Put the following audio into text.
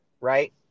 Right